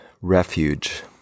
Refuge